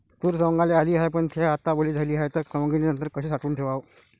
तूर सवंगाले आली हाये, पन थे आता वली झाली हाये, त सवंगनीनंतर कशी साठवून ठेवाव?